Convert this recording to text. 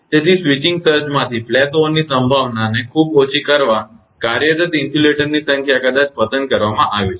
તેથી સ્વીચિંગ સર્જિસમાંથી ફ્લેશઓવરની સંભાવનાને ખૂબ ઓછી કરવા માટે કાર્યરત ઇન્સ્યુલેટરની સંખ્યા કદાચ પસંદ કરવામાં આવી છે